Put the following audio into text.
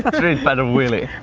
but street battle willy!